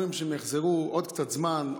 אומרים שהם יחזרו עוד קצת זמן,